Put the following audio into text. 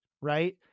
right